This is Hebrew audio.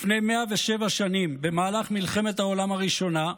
לפני 107 שנים, במהלך מלחמת העולם הראשונה,